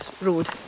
road